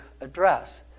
address